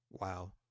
Wow